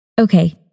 Okay